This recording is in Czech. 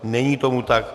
Není tomu tak.